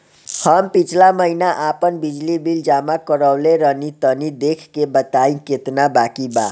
हम पिछला महीना आपन बिजली बिल जमा करवले रनि तनि देखऽ के बताईं केतना बाकि बा?